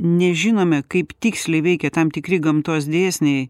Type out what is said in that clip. nežinome kaip tiksliai veikia tam tikri gamtos dėsniai